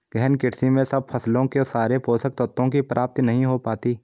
गहन कृषि में सब फसलों को सारे पोषक तत्वों की प्राप्ति नहीं हो पाती